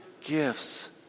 gifts